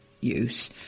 use